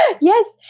Yes